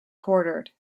quartered